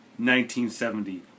1970